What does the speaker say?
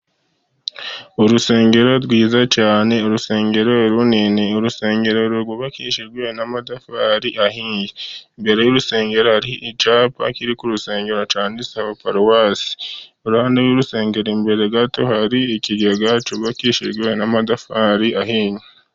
Urusengero rwiza cyane ni urusengero runini urusengero rwubakishijwe n'amatafari ahiye, imbere y'urusengero hari icyapa kiri ku rusengero cyanditseho paruwasi, iruhande rw'urusengero imbere gato hari ikigega cyubakishijwe amatafari ahiye.